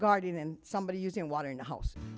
garden and somebody using water in the house